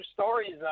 stories